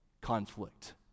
conflict